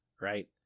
right